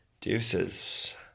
Deuces